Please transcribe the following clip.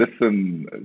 listen